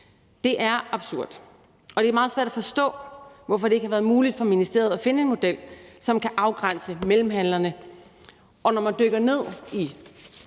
Det er absurd. Og det er meget svært at forstå, hvorfor det ikke har været muligt for ministeriet at finde en model, som kan afgrænse mellemhandlerne.